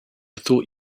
thought